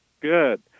Good